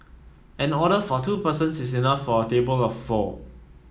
an order for two persons is enough for a table of four